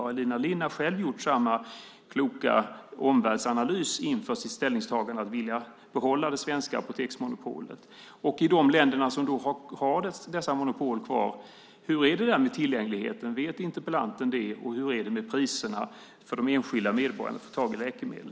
Har Elina Linna själv gjort samma kloka omvärldsanalys inför sitt ställningstagande att vilja behålla det svenska apoteksmonopolet? Och i de länder som har dessa monopol kvar, hur är det där med tillgängligheten - vet interpellanten det - och hur är det med priserna och möjligheten för de enskilda medborgarna att få tag i läkemedel?